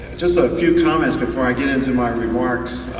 just so a few comments before i get into my remarks